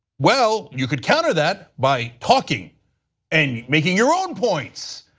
well, you could counter that by talking and making your own points.